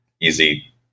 easy